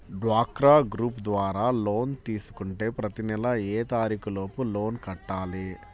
డ్వాక్రా గ్రూప్ ద్వారా లోన్ తీసుకుంటే ప్రతి నెల ఏ తారీకు లోపు లోన్ కట్టాలి?